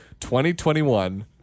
2021